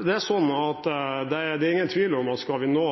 Det er ingen tvil om at skal vi nå